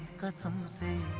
goasm a